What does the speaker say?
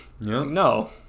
No